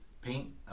paint